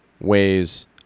weighs